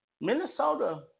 Minnesota